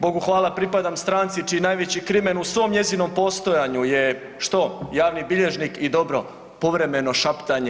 Bogu hvala, pripadam stranci čiji najveći krimen u svom njezinom postojanju je što, javni bilježnik i dobro povremeno šaptanje